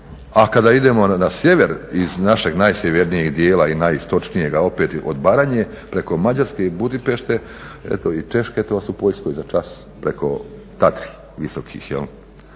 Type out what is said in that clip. A kada idemo na sjever iz našeg najsjevernijeg dijela i najistočnijega opet od Baranje preko Mađarske i Budimpešte eto i Češke to su u Poljskoj za čas preko Tatri visokih.